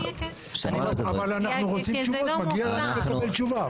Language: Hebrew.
אבל אנחנו רוצים תשובות, מגיע לנו לקבל תשובה.